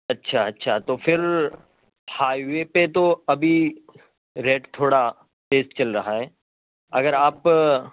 اچھا اچھا تو پھر ہائیوے پہ تو ابھی ریٹ تھوڑا تیز چل رہا ہے اگر آپ